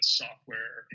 software